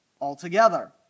altogether